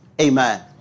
Amen